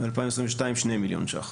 ב-2022 2 מיליון שקלים.